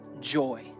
joy